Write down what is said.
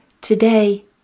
Today